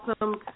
awesome